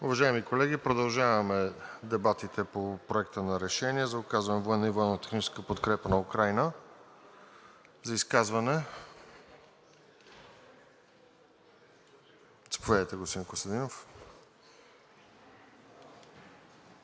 Уважаеми колеги, продължаваме дебатите по Проекта на решение за оказване на военна и военно-техническа подкрепа на Украйна. За изказване? Заповядайте, господин Костадинов.